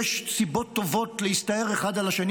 יש סיבות טובות להסתער אחד על השני,